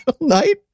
night